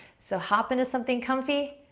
so, hop into something comfy,